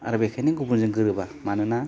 आरो बेखायनो गुबुनजों गोरोबा मानोना